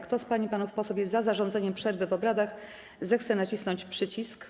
Kto z pań i panów posłów jest za zarządzeniem przerwy w obradach, zechce nacisnąć przycisk.